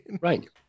Right